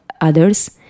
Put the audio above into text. others